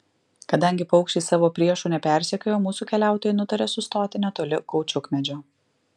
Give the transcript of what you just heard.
kadangi paukščiai savo priešų nepersekiojo mūsų keliautojai nutarė sustoti netoli kaučiukmedžio